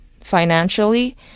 financially